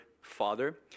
Father